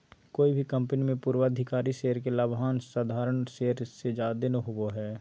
कोय भी कंपनी मे पूर्वाधिकारी शेयर के लाभांश साधारण शेयर से जादे होवो हय